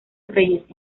reyes